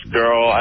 girl